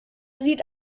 sieht